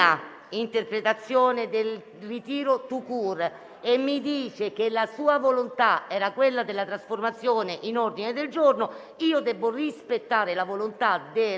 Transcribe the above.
la sua volontà è la trasformazione in ordine del giorno, io debbo rispettare la volontà del